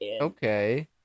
Okay